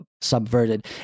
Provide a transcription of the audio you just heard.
subverted